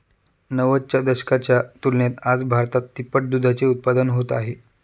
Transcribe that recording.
नव्वदच्या दशकाच्या तुलनेत आज भारतात तिप्पट दुधाचे उत्पादन होत आहे